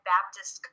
Baptist